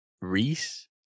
Reese